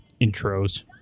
intros